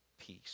peace